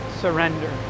surrender